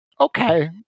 okay